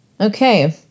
Okay